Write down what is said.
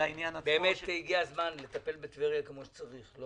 באמת הגיע הזמן לטפל בטבריה כמו שצריך.